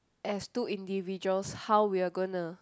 as two individuals how we are going to